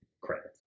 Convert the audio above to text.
credits